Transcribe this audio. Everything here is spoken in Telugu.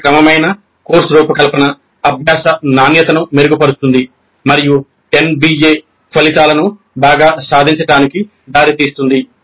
ఒక క్రమమైన కోర్సు రూపకల్పన అభ్యాస నాణ్యతను మెరుగుపరుస్తుంది మరియు NBA ఫలితాలను బాగా సాధించడానికి దారితీస్తుంది